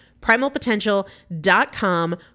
Primalpotential.com